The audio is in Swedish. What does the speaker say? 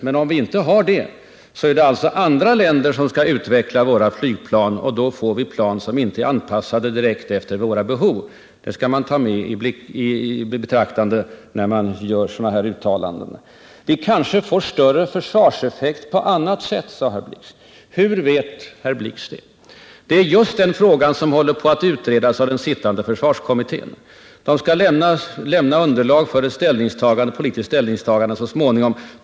Men om vi inte har det, är det andra länder som skall utveckla våra flygplan, och då får vi flygplan som inte är anpassade direkt efter våra behov — det skall man ta i beaktande när man gör sådana här uttalanden. Pengarna kanske får större försvarseffekt på annat sätt, sade herr Blix. Hur vet herr Blix det? Detta är den fråga som håller på att utredas av den sittande försvarskommittén. Den skall lämna underlag för ett politiskt ställningstagande så småningom.